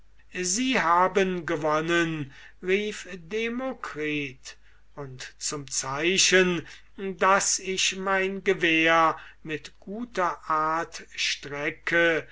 sie haben gewonnen rief demokritus und zum zeichen daß ich mein gewehr mit guter art strecke